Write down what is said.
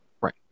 Right